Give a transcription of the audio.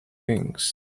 things